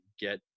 get